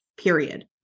period